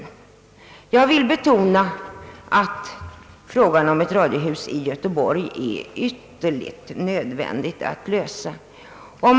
Jag vill betona, att frågan om ett radiohus i Göteborg är en nödvändig länk i denna fråga.